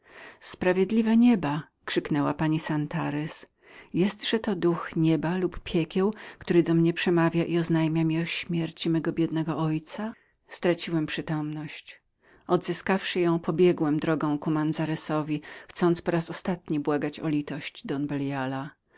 sprawiedliwe nieba krzyknęła pani santarez jestże to duch nieba lub piekieł który do mnie przemawia i oznajmia mi o śmierci mego biednego ojca straciłem przytomność odzyskawszy ją pobiegłem drogą ku manzanaresowi chcąc po raz ostatni błagać litości